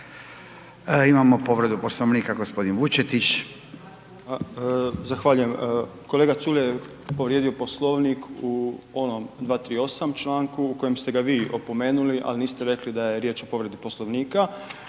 Imamo povredu Poslovnika, g. Vučetić.